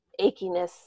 achiness